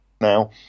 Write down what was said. now